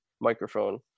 microphone